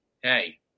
Hey